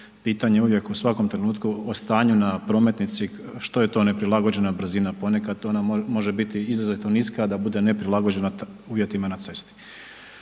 pitanje je uvijek u svakom trenutku o stanju na prometnici što je to neprilagođena brzina, ponekad ona može biti izrazito niska, a da bude ne prilagođena uvjetima na cesti.